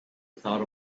without